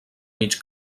mig